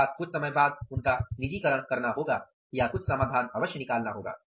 अर्थात कुछ समय बाद उनका निजीकरण करना होगा या कुछ समाधान निकालना होगा